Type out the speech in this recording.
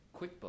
QuickBooks